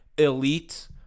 elite